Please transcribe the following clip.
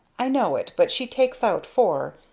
i know it, but she takes out four.